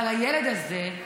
אבל הילד הזה,